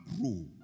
grow